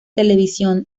televisión